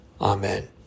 Amen